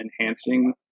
enhancing